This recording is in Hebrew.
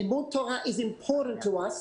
לימוד תורה הוא חשוב לנו.